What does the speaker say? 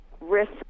risk